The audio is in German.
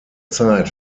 zeit